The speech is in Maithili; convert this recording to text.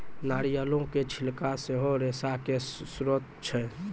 नारियलो के छिलका सेहो रेशा के स्त्रोत छै